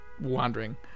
wandering